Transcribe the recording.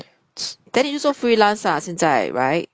then 你就做 freelance ah 现在 right